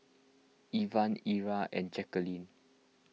Ivan Ilah and Jaqueline